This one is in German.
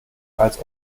als